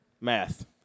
Math